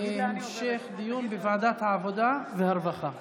להמשך דיון בוועדת העבודה והרווחה.